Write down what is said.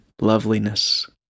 loveliness